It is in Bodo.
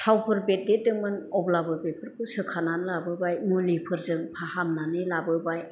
थावफोर बेरदेरदोंमोन अब्लाबो बेफोरखौ सोखानानै लाबोबाय मुलिफोरजों फाहामनानै लाबोबाय